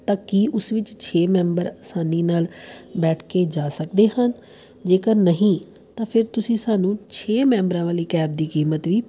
ਤਾਂ ਕੀ ਉਸ ਵਿੱਚ ਛੇ ਮੈਂਬਰ ਆਸਾਨੀ ਨਾਲ ਬੈਠ ਕੇ ਜਾ ਸਕਦੇ ਹਨ ਜੇਕਰ ਨਹੀਂ ਤਾਂ ਫਿਰ ਤੁਸੀਂ ਸਾਨੂੰ ਛੇ ਮੈਂਬਰਾਂ ਵਾਲੀ ਕੈਬ ਦੀ ਕੀਮਤ ਵੀ